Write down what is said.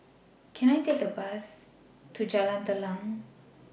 Can I Take A Bus to Jalan Telang